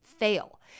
fail